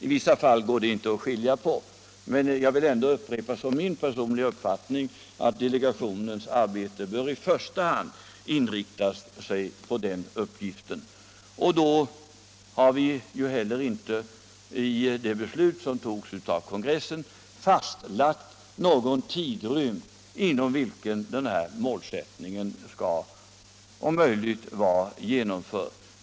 I vissa fall går den delen inte att skilja ut, men jag vill ändå upprepa som min personliga uppfattning att delegationens arbete i första hand bör inriktas på den uppgiften. Vi har heller inte i det beslut som togs av kongressen fastlagt någon tidrymd inom vilken den här målsättningen om möjligt skall vara genomförd.